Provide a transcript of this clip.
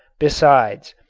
besides,